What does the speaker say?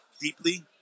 deeply